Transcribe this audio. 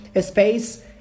space